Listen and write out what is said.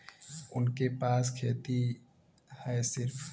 उनके पास खेती हैं सिर्फ